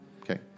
Okay